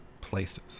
places